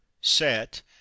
set